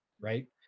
right